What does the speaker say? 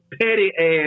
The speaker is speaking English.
petty-ass